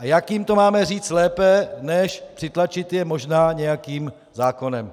A jak jim to máme říct lépe než přitlačit je možná nějakým zákonem?